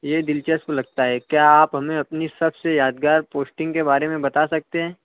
یہ دلچسپ لگتا ہے کیا آپ ہمیں اپنی سب سے یادگار پوسٹنگ کے بارے میں بتا سکتے ہیں